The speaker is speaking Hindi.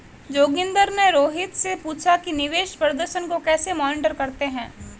जोगिंदर ने रोहित से पूछा कि निवेश प्रदर्शन को कैसे मॉनिटर करते हैं?